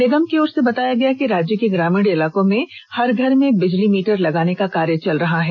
निगम की ओर से बताया गया कि राज्य के ग्रामीण इलाकों में हर घर में बिजली मीटर लगाने का कार्य चल रहा है